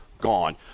gone